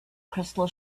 crystal